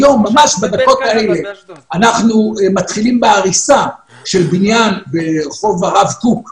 היום ממש כעת אנו מתחילים בהריסה של בניין ברחוב הרב קוק בנתניה.